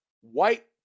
white